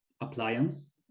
appliance